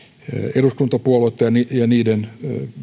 eduskuntapuoluetta ja niiden